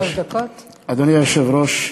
גברתי היושבת-ראש,